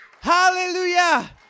Hallelujah